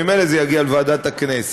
וממילא זה יגיע לוועדת הכנסת.